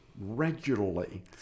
regularly